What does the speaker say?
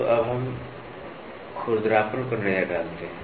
तो अब हम खुरदरापन पर नजर डालते हैं